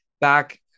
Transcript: back